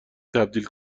تبدیل